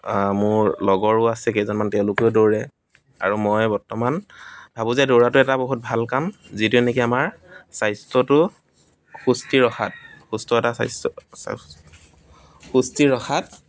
মোৰ লগৰো আছে কেইজনমান তেওঁলোকেও দৌৰে আৰু মই বৰ্তমান ভাবোঁ যে বৰ্তমান দৌৰাটো এটা বহুত ভাল কাম যিটোৱে নেকি আমাৰ স্বাস্থ্যটো সুস্থিৰ ৰখাত সুস্থ এটা স্বাস্থ্য সুস্থিৰ ৰখাত